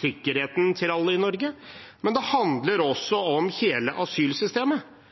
sikkerheten til alle i Norge, men det handler også om hele asylsystemet.